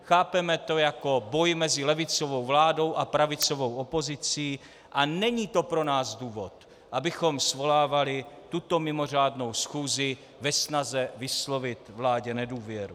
Chápeme to jako boj mezi levicovou vládou a pravicovou opozicí a není to pro nás důvod, abychom svolávali tuto mimořádnou schůzi ve snaze vyslovit vládě nedůvěru.